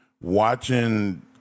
Watching